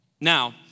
Now